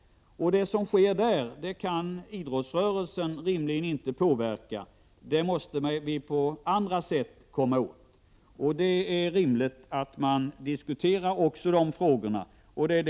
Det som sker där kan inte rimligen idrottsrörelsen påverka, utan det måste vi komma åt på andra sätt. Det är rimligt att man diskuterar också de frågorna, och det Prot.